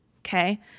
Okay